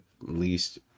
least